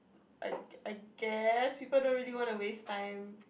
I I guess people don't really want to waste time